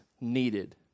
needed